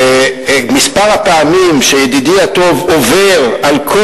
ומספר הפעמים שידידי הטוב עובר על כל